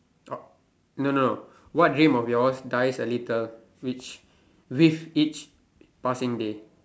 oh no no no what dream of yours dies a little which with each passing day